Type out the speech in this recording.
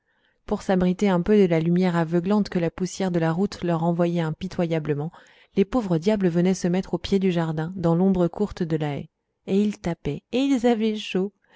pour s'abriter un peu de la lumière aveuglante que la poussière de la route leur renvoyait impitoyablement les pauvres diables venaient se mettre au pied du jardin dans l'ombre courte de la haie et ils tapaient et ils avaient chaud